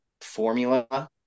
formula